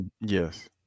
yes